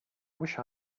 wish